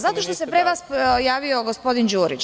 Zato što se pre vas javio gospodin Đurić.